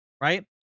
right